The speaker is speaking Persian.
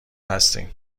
هستیم